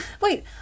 Wait